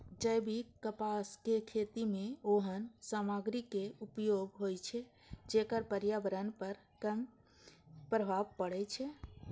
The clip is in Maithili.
जैविक कपासक खेती मे ओहन सामग्रीक उपयोग होइ छै, जेकर पर्यावरण पर कम प्रभाव पड़ै छै